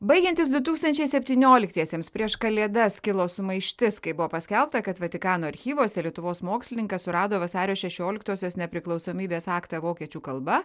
baigiantis du tūkstančiai septynioliktiesiems prieš kalėdas kilo sumaištis kai buvo paskelbta kad vatikano archyvuose lietuvos mokslininkas surado vasario šešioliktosios nepriklausomybės aktą vokiečių kalba